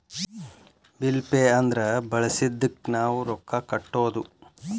bill pay ಅಂದ್ರ ಬಳಸಿದ್ದಕ್ಕ್ ನಾವ್ ರೊಕ್ಕಾ ಕಟ್ಟೋದು